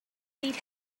need